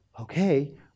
Okay